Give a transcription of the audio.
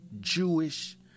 Jewish